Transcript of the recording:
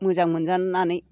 मोजां मोनजानानै